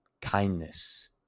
Kindness